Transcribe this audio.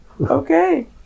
Okay